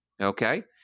okay